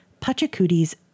Pachacuti's